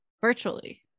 virtually